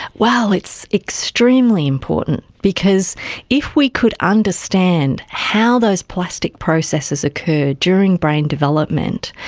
well, it's extremely important, because if we could understand how those plastic processes occur during brain development,